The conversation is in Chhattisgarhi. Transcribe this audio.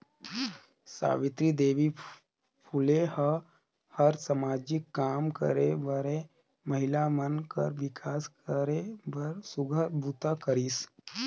सावित्री देवी फूले ह हर सामाजिक काम करे बरए महिला मन कर विकास करे बर सुग्घर बूता करिस